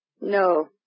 No